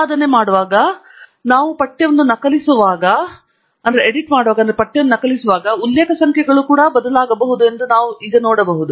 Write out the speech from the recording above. ಸಂಪಾದನೆ ಮಾಡುವಾಗ ನಾವು ಪಠ್ಯವನ್ನು ನಕಲಿಸುವಾಗ ಉಲ್ಲೇಖ ಸಂಖ್ಯೆಗಳು ಕೂಡ ಬದಲಾಗಬೇಕು ಎಂದು ನಾವು ಈಗ ನೋಡಬಹುದು